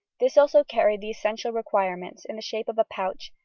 this also carried the essential requirements in the shape of a pouch,